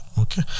Okay